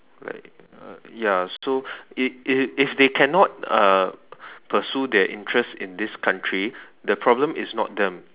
like uh ya so if if if they cannot uh pursue their interest in this country the problem is not them